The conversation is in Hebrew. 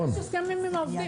גם יש הסכם עם העובדים.